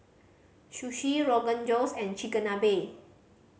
Sushi Rogan Josh and Chigenabe